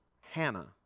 Hannah